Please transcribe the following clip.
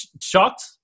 shocked